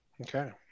Okay